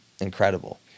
incredible